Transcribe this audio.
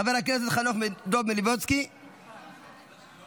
חבר הכנסת חנוך דב מלביצקי, בבקשה.